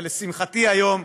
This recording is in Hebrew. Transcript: ולשמחתי היום,